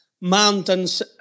mountains